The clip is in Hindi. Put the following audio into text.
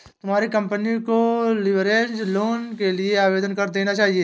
तुम्हारी कंपनी को लीवरेज्ड लोन के लिए आवेदन कर देना चाहिए